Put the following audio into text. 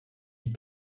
die